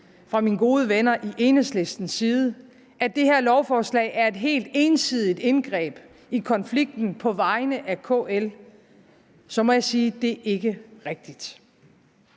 fra mine gode venner i Enhedslistens side, at det her lovforslag er et helt ensidigt indgreb i konflikten på vegne af KL, så må jeg sige, at det ikke er rigtigt.